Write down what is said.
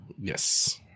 Yes